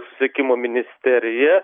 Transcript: siekimo ministerija